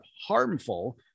harmful